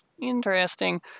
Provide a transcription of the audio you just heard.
interesting